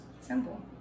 simple